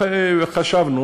חשבנו,